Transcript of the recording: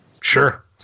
Sure